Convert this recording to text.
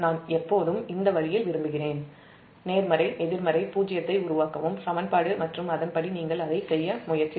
வெவ்வேறு இடங்கள் இந்த வரைபடம் வேறு வழிகொடுக்கப்பட்ட நேர்மறை எதிர்மறை பூஜ்ஜியத்தை உருவாக்கவும் சமன்பாடு மற்றும் அதன்படி நீங்கள் அதை செய்ய முயற்சி